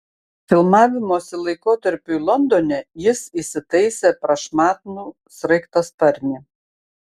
filmavimosi laikotarpiui londone jis įsitaisė prašmatnų sraigtasparnį